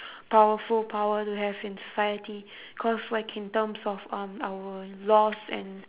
powerful power to have in society because like in terms of um our laws and